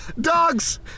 Dogs